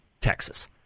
Texas